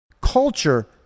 culture